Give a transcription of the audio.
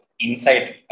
insight